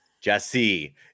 Jesse